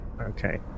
Okay